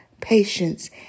patience